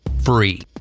Free